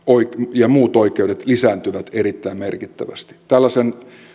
ja muut oikeudet lisääntyvät erittäin merkittävästi tällaisen